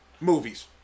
Movies